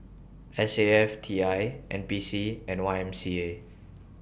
S A F T I N P C and Y M C A